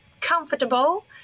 comfortable